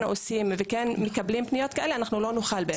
עושים וכן מקבלים פניות כאלה אנחנו לא נוכל באמת.